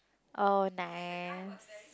oh nice